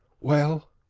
well?